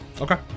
Okay